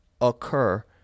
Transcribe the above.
occur